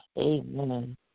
Amen